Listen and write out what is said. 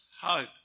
hope